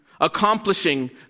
accomplishing